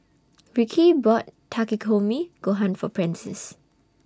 Ricky bought Takikomi Gohan For Prentiss